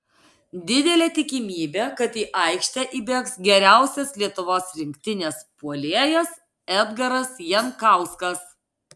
didelė tikimybė kad į aikštę įbėgs geriausias lietuvos rinktinės puolėjas edgaras jankauskas